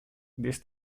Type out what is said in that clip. this